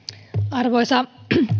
arvoisa